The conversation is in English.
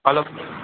hello